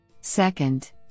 Second